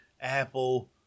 apple